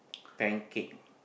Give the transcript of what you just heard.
pancake